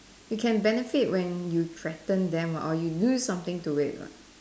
you can benefit when you threaten them or you do something to it what